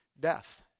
death